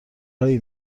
هایی